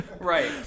Right